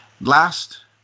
Last